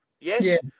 Yes